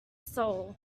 soul